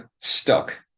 stuck